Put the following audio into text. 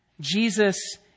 Jesus